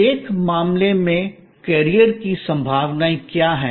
प्रत्येक मामले में कैरियर की संभावनाएं क्या हैं